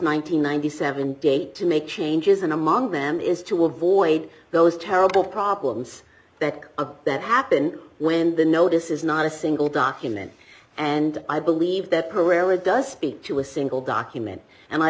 and ninety seven date to make changes and among them is to avoid those terrible problems that a that happen when the notice is not a single document and i believe that pereira does speak to a single document and i